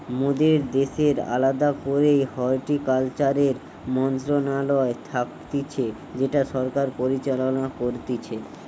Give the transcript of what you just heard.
মোদের দ্যাশের আলদা করেই হর্টিকালচারের মন্ত্রণালয় থাকতিছে যেটা সরকার পরিচালনা করতিছে